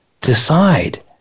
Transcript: decide